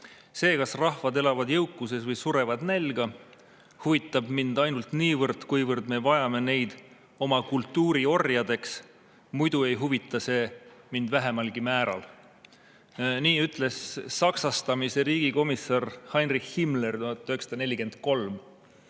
See, kas rahvad elavad jõukuses või surevad nälga, huvitab mind ainult niivõrd, kuivõrd me vajame neid oma kultuuriorjadeks. Muidu ei huvita see mind vähimalgi määral." Nii ütles saksastamise riigikomissar Heinrich Himmler